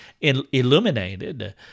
illuminated